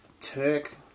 Turk